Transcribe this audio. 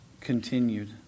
continued